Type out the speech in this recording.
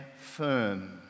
firm